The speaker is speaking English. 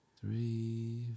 Three